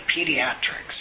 Pediatrics